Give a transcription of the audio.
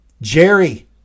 Jerry